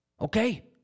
okay